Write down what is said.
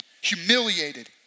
humiliated